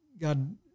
God